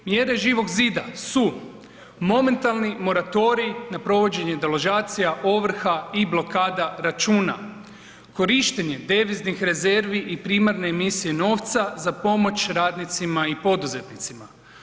Mjere Živog zida su momentalni moratorij na provođenje deložacija, ovrha i blokada računa, korištenje deviznih rezervi i primarne emisije novca za pomoć radnicima i poduzetnicima.